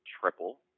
triple